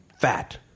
fat